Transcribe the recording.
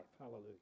hallelujah